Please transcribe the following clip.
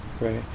right